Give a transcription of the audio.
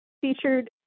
featured